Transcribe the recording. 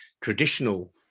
traditional